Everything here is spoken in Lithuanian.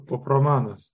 pop romanas